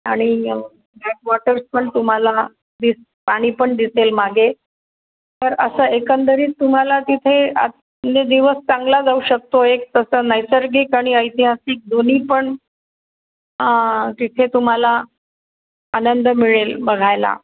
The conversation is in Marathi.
आणि बॅकवॉटर्स पण तुम्हाला दिस पाणी पण दिसेल मागे तर असं एकंदरीत तुम्हाला तिथे आ दिवस चांगला जाऊ शकतो एक तसं नैसर्गिक आणि ऐतिहासिक दोन्ही पण तिथे तुम्हाला आनंद मिळेल बघायला